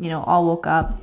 we all woke up